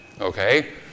Okay